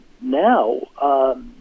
now